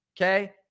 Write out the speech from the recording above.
Okay